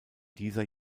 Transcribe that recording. dieser